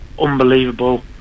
unbelievable